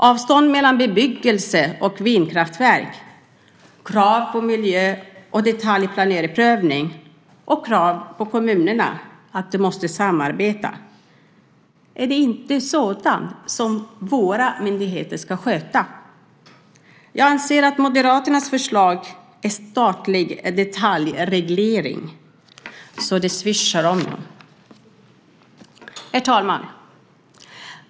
Avstånd mellan bebyggelse och vindkraftverk, krav på miljö och detaljplaneprövning och krav på kommunerna att de måste samarbeta, är det inte sådant som våra myndigheter ska sköta? Jag anser att Moderaternas förslag är statlig detaljreglering så det svischar om det. Herr talman!